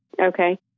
Okay